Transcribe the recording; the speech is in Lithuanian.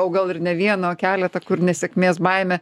o gal ir ne vieną o keletą kur nesėkmės baimė